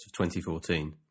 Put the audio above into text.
2014